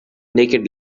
naked